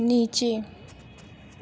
नीचे